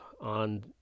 on